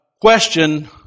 question